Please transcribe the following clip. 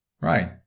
Right